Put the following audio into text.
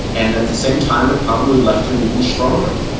and at the same time, it probably left him even stronger.